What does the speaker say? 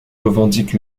revendique